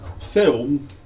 film